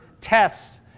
tests